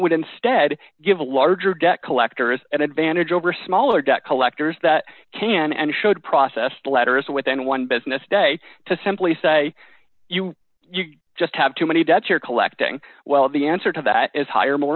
would instead give a larger debt collectors an advantage over smaller debt collectors that can and should process letters within one business day to simply say you just have too many debts you're collecting well the answer to that is hire more